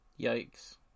Yikes